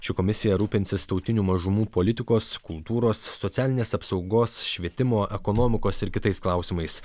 ši komisija rūpinsis tautinių mažumų politikos kultūros socialinės apsaugos švietimo ekonomikos ir kitais klausimais